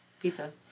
pizza